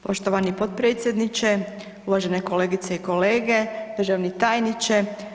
Poštovani potpredsjedniče, uvažene kolegice i kolege, državni tajniče.